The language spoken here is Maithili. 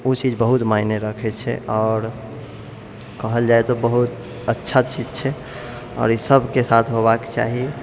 ओ चीज बहुत मायने राखै छै आओर कहल जाय तऽ बहुत अच्छा चीज छै आओर ई सबके साथ होबाके चाही